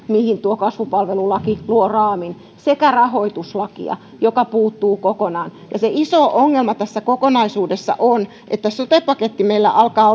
mihin tuo kasvupalvelulaki luo raamin sekä rahoituslakia joka puuttuu kokonaan ja se iso ongelma tässä kokonaisuudessa on että sote paketti meillä alkaa